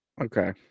Okay